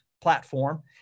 platform